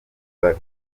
gahoro